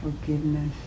forgiveness